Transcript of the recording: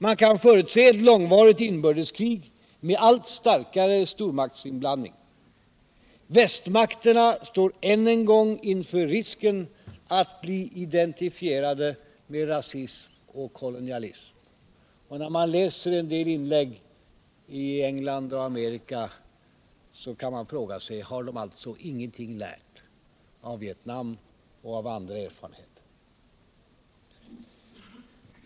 Man kan förutse ett långvarigt inbördeskrig med allt starkare stormaktsinblandning. Västmakterna står än en gång inför risken att bli identifierade med rasism och kolonialism, och när man läser en del inlägg som gjorts i England och Amerika frågar man sig: Har de alltså ingenting lärt av Vietnam och av andra erfarenheter?